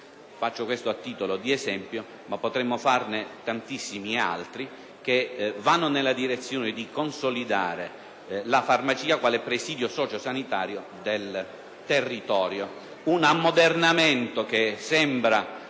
Porto questo esempio, ma potremmo portarne tantissimi altri che vanno nella direzione di consolidare la farmacia quale presidio sociosanitario del territorio. Si tratta di un ammodernamento che sembra